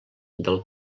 del